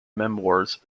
memoirs